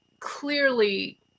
clearly